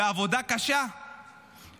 בעבודה קשה,